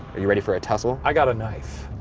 are you ready for a tussle? i got a knife.